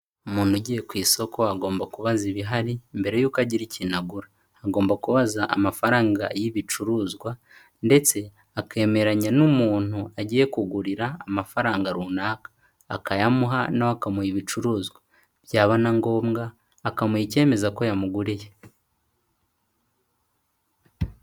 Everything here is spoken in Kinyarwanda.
Umuntu ugiye ku isoko agomba kubaza ibihari mbere y'uko agira ikintu agura. Agomba kubaza amafaranga y'ibicuruzwa ndetse akemeranya n'umuntu agiye kugurira amafaranga runaka, akayamuha na we akamuha ibicuruzwa, byaba na ngombwa akamuha icyemeza ko yamuguriye.